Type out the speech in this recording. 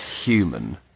human